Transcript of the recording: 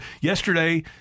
yesterday